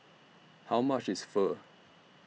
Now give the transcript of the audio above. How much IS Pho